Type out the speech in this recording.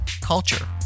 culture